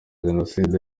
jenoside